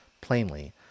plainly